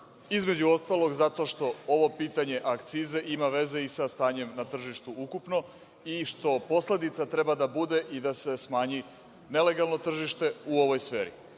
između ostalog, zato što ovo pitanje akcize ima veze i sa stanjem na tržištu ukupnom i što posledica treba da bude da se smanji nelegalno tržište u ovoj sferi.